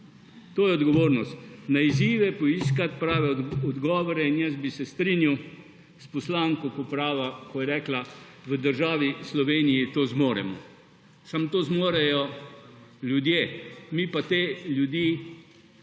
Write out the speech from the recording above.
To je odgovornost. Na izzive poiskati prave odgovore in jaz bi se strinjal s poslanko, ko je rekla, v državi Sloveniji to zmoremo. Samo to zmorejo ljudje, mi pa te ljudi,